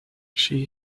she